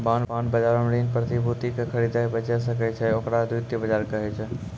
bond बजारो मे ऋण प्रतिभूति के खरीदै बेचै सकै छै, ओकरा द्वितीय बजार कहै छै